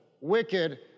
wicked